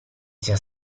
sia